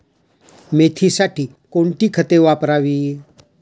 मेथीसाठी कोणती खते वापरावी?